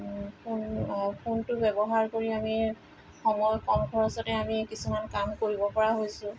অঁ ফোনটো ব্যৱহাৰ কৰি আমি সময় কম খৰচতে আমি কিছুমান কাম কৰিব পৰা হৈছোঁ